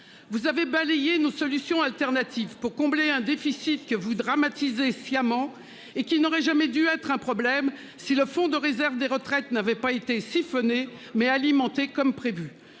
Vous avez balayé nos solutions alternatives pour combler un déficit que vous dramatisez sciemment et qu'il n'aurait jamais dû être un problème si le fonds de réserve des retraites n'avait pas été siphonnés mais alimenté comme prévu.